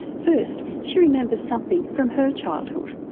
first she remembers something from her childhood.